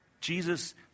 Jesus